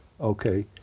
okay